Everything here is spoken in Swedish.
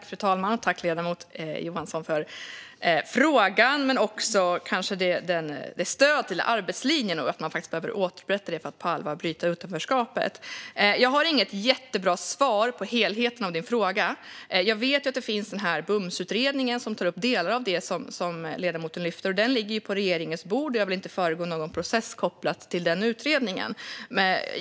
Fru talman! Tack, ledamoten Johansson, för frågan och kanske också stödet för arbetslinjen! Man behöver faktiskt återupprätta den för att på allvar bryta utanförskapet. Jag har inget jättebra svar på helheten av ledamotens fråga. Jag vet att det finns en utredning, BUMS-utredningen, som tar upp delar av det som ledamoten lyfter fram. Den ligger på regeringens bord, och jag vill inte föregå någon process kopplad till den utredningen.